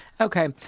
Okay